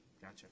gotcha